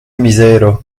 mizero